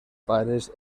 pares